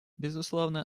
безусловно